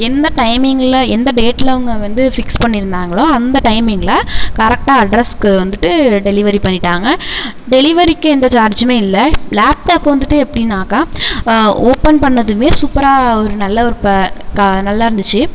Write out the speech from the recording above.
எந்த டைமிங்ல எந்த டேட்ல அவங்க வந்து ஃபிக்ஸ் பண்ணியிருந்தாங்களோ அந்த டைமிங்ல கரெக்டாக அட்ரஸ்க்கு வந்துட்டு டெலிவரி பண்ணிட்டாங்கள் டெலிவரிக்கு எந்த சார்ஜுமே இல்லை லேப்டாப் வந்துட்டு எப்டின்னாக்கா ஓப்பன் பண்ணதுமே சூப்பராக ஒரு நல்ல ஒரு ப க நல்லாருந்துச்சு